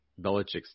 Belichick's